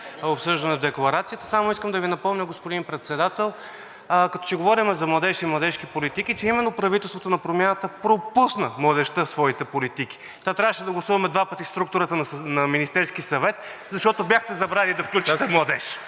обсъждана в декларацията. Само искам да Ви напомня, господин Председател, като ще говорим за младеж и младежки политики, че именно правителството на Промяната пропусна младежта в своите политики, та трябваше да гласуваме два пъти структурата на Министерския съвет, защото бяхте забравили да включите „младеж“...